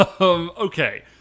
Okay